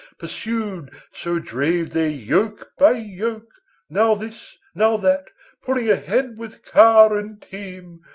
pursued so drave they yoke by yoke now this, now that pulling ahead with car and team.